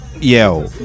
Yo